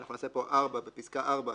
ונוסיף: "(4) בפסקה (4)